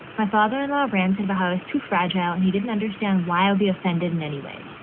my father in law ranted about how is too fragile and he didn't understand why i'll be offended in any way.